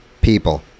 People